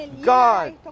God